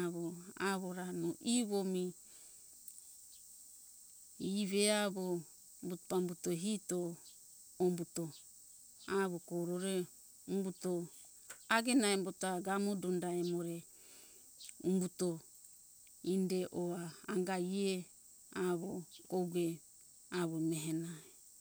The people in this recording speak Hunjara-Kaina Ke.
avo avo ra no ivo mi ie ve avo umbuto pambuto hito ombuto avo koro re umbuto agena embo ta gamo donda emo re umbuto inde ova anga iea avo kogue avo mihe na